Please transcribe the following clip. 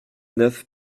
neuf